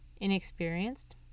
Inexperienced